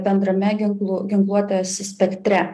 bendrame ginklų ginkluotės spektre